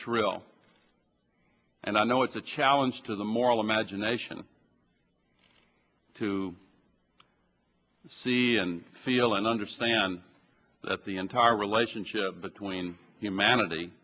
shrill and i know it's a challenge to the moral imagination to see and feel and understand that the entire relationship between humanity